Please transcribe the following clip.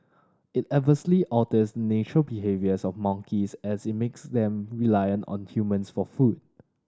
it adversely alters natural behaviours of monkeys as it makes them reliant on humans for food